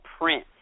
print